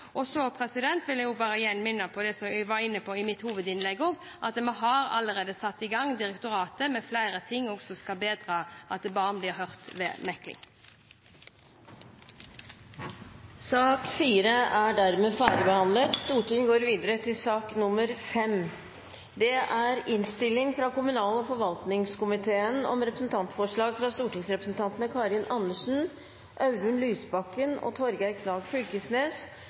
Så vil jeg igjen minne om det som jeg var inne på i mitt hovedinnlegg, at vi har allerede satt gang direktoratet med flere ting som skal føre til at barn blir hørt ved mekling. Dermed er debatten i sak nr. 4 omme. Etter ønske fra kommunal- og forvaltningskomiteen vil presidenten foreslå at taletiden blir begrenset til 5 minutter til hver partigruppe og